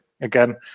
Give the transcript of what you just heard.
Again